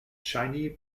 shiny